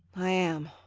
i am.